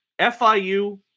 FIU